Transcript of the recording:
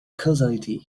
causality